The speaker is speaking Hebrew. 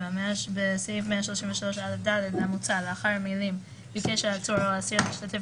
בסעיף 133א(ד) המוצע לאחר המילים "ביקש העצור או האסיר להשתתף